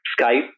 Skype